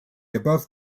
above